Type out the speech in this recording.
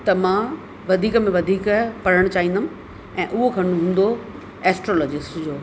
त मां वधीक में वधीक पढ़ण चाहिंदमि ऐं उहो खंड हूंदो एस्ट्रोलॉजिस्ट जो